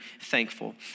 thankful